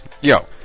Yo